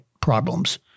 problems